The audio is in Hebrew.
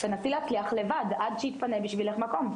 תנסי להצליח לבד עד שיתפנה בשבילך מקום'.